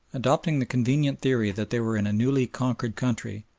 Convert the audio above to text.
adopting the convenient theory that they were in a newly conquered country,